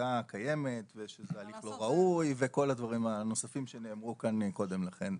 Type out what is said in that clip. פסיקה קיימת ושזה הליך לא ראוי וכל הדברים הנוספים שנאמרו כאן קודם לכן.